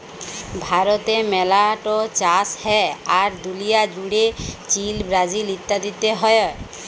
ভারতে মেলা ট চাষ হ্যয়, আর দুলিয়া জুড়ে চীল, ব্রাজিল ইত্যাদিতে হ্য়য়